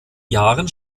jahren